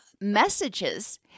messages